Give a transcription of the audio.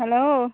hello